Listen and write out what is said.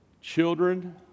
Children